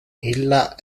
illa